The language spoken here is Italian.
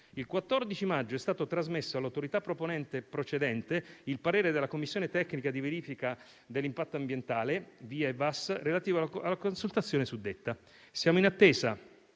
Il 14 maggio è stato trasmesso all'autorità procedente il parere della commissione tecnica di verifica dell'impatto ambientale VIA e VAS relativa alla consultazione suddetta. Siamo in attesa